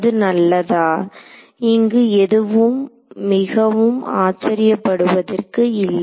அது நல்லதா இங்கு எதுவும் மிகவும் ஆச்சரியப்படுவதற்கு இல்லை